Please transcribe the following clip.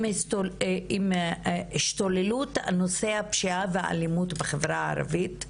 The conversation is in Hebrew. עם השתוללות נושא הפשיעה והאלימות בחברה העברית,